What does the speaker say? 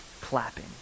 clapping